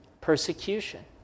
persecution